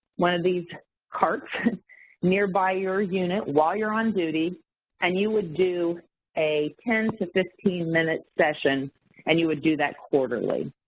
one of these carts nearby your unit while you're on duty and you would do a ten to fifteen minute session and you would do that quarterly.